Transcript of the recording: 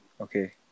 Okay